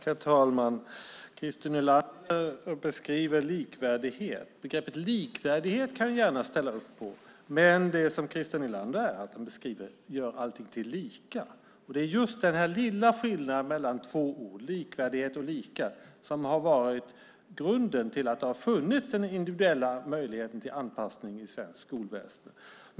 Herr talman! Christer Nylander beskriver likvärdighet. Jag kan gärna ställa upp på begreppet likvärdighet. Men det som Christer Nylander beskriver gör allting till lika. Det är just den lilla skillnaden mellan två ord - likvärdighet och lika - som har varit grunden till att det har funnits en möjlighet till individuell anpassning i svenskt skolväsende.